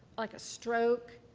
like a stroke,